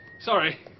Sorry